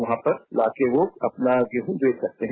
वहा ंपर लोकर वह अपना गेहूँ बेच सकते है